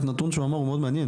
רק הנתון שהוא אמר מאוד מעניין,